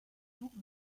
tours